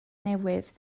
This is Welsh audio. newydd